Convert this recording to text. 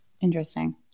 Interesting